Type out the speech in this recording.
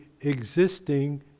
existing